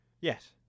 Yes